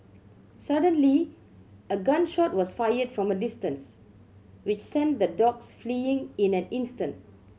suddenly a gun shot was fired from a distance which sent the dogs fleeing in an instant